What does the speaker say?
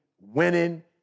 winning